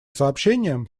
сообщениям